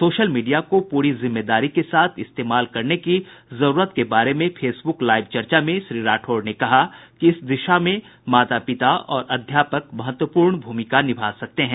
social media को पूरी जिम्मेदारी के साथ इस्तेमाल करने की जरूरत के बारे में फेसबुक लाइव चर्चा में श्री राठौड़ ने कहा कि इस दिशा में माता पिता और अध्यापक महत्वपूर्ण भूमिका निभा सकते हैं